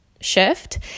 shift